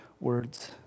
words